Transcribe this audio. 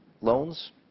loans